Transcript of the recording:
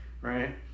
right